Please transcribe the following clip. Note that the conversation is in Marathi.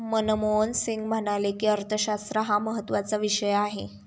मनमोहन सिंग म्हणाले की, अर्थशास्त्र हा महत्त्वाचा विषय आहे